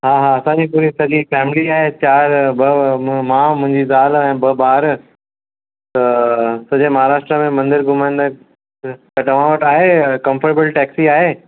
हा हा असांजी पूरी सॼी फैमिली आहे चारि मां मुंहिंजी ज़ाल ऐं ॿ ॿार सॼे महाराष्ट्र में मंदर घुमाईंदा त तव्हां वटि आहे कम्फर्टेबल टैक्सी आहे